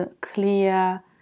clear